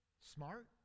smart